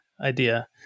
idea